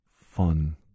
fun